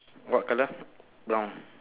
what colour brown